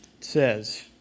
says